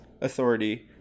authority